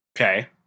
Okay